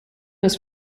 was